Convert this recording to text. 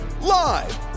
live